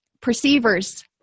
Perceivers